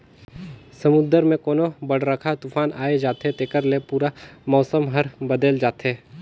समुन्दर मे कोनो बड़रखा तुफान आये जाथे तेखर ले पूरा मउसम हर बदेल जाथे